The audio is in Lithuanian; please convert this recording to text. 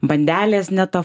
bandelės ne ta